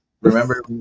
remember